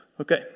Okay